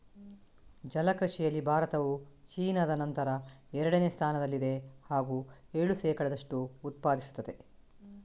ಜಲ ಕೃಷಿಯಲ್ಲಿ ಭಾರತವು ಚೀನಾದ ನಂತರ ಎರಡನೇ ಸ್ಥಾನದಲ್ಲಿದೆ ಹಾಗೂ ಏಳು ಶೇಕಡದಷ್ಟು ಉತ್ಪಾದಿಸುತ್ತದೆ